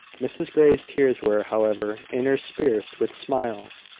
mrs grey's tears were, however, interspersed with smiles.